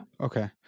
Okay